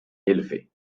élevé